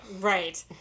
Right